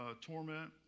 torment